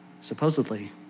supposedly